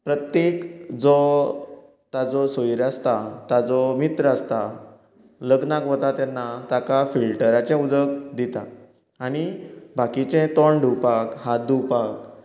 प्रत्येक जो ताजो सोयरो आसता ताजो मित्र आसता लग्नाक वता तेन्ना ताका फिल्टराचें उदक दितात आनी बाकिचें तोंड धुंवपाक हात धुंवपाक